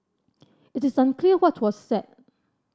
it is unclear what was said